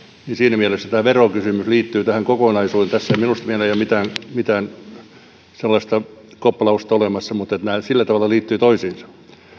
niin siinä mielessä tämä verokysymys liittyy tähän kokonaisuuteen tässä minusta meillä ei kuitenkaan ole mitään sellaista koplausta olemassa mutta sillä tavalla nämä liittyvät toisiinsa